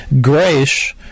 grace